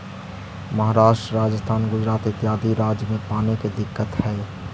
महाराष्ट्र, राजस्थान, गुजरात इत्यादि राज्य में पानी के दिक्कत हई